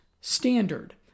standard